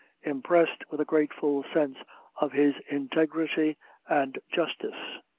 impressed with a grateful sense of his integrity and justice.